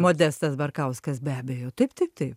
modestas barkauskas be abejo taip taip taip